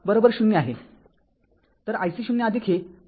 ५ ampere आहे